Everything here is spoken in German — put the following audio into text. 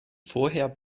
vorher